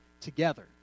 together